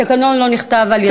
התקנון לא נכתב על-ידי.